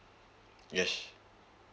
yes